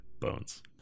Bones